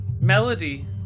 Melody